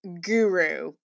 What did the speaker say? guru